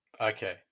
Okay